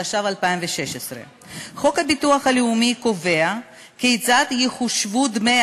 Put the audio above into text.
התשע"ו 2016. חוק הביטוח הלאומי קובע כיצד יחושבו דמי